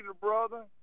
brother